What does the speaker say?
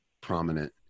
prominent